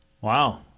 Wow